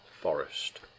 Forest